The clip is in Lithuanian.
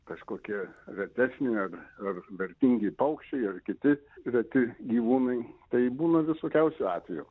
kažkokie vertesni negu ar vertingi paukščiai ar kiti reti gyvūnai tai būna visokiausių atvejų